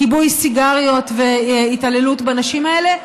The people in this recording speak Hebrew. כיבוי סיגריות והתעללות בנשים האלה,